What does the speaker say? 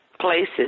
places